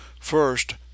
First